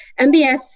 MBS